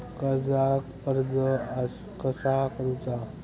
कर्जाक अर्ज कसा करुचा?